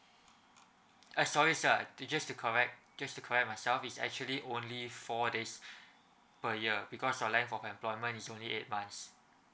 uh sorry sir just to correct just to correct myself it is actually only four days per year because your length of employment is only eight months